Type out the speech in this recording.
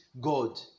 god